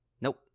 Nope